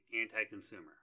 anti-consumer